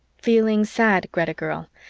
feeling sad, greta girl,